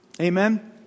Amen